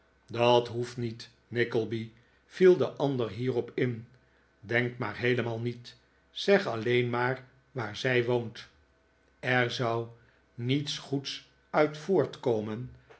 dat hoeft niet nickleby viel de ander hierop in denk maar heelemaal niet zeg alleen maar waar zij woont er zou niets goeds uit voortkomen